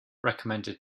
recommended